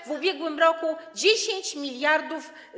W ubiegłym roku 10 mld.